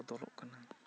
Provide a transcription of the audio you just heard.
ᱵᱚᱫᱚᱞᱚᱜ ᱠᱟᱱᱟ